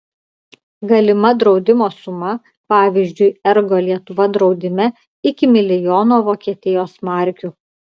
galima draudimo suma pavyzdžiui ergo lietuva draudime iki milijono vokietijos markių